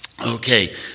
okay